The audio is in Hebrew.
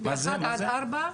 1-4?